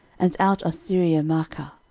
and out of syriamaachah,